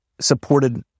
supported